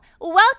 welcome